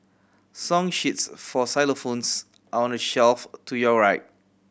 song sheets for xylophones are on the shelf to your right